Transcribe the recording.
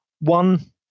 one